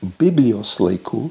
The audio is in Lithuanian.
biblijos laikų